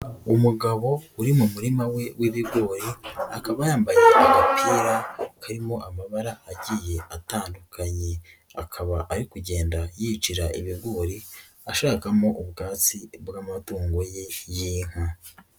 Umugabo uri mu murima we w'ibigori, akaba yambaye agapira karimo amabara agiye atandukanye, akaba ari kugenda yicira ibigori, ashakamo ubwatsi bw'amatungo ye y'inka.